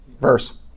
verse